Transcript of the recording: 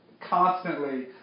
constantly